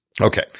Okay